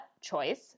choice